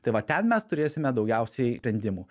tai va ten mes turėsime daugiausiai sprendimų